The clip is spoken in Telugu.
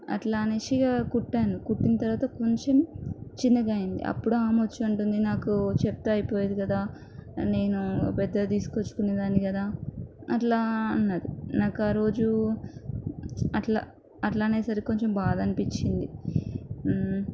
అట్లా అనేసి ఇక కుట్టాను కుట్టిన తరువాత కొంచెం చిన్నగా అయ్యింది అప్పుడు ఆమె వచ్చి అంటుంది నాకు చెప్తే అయిపోయేది కదా నేను పెద్దగా తీసుకొచ్చుకునేదాన్ని కదా అట్లా అన్నది నాకు ఆరోజు అట్లా అట్లా అనేసరికి కొంచెం బాధ అనిపిచ్చింది